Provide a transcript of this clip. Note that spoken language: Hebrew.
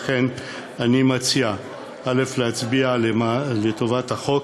לכן אני מציע להצביע בעד החוק,